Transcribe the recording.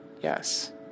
Yes